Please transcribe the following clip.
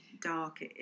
dark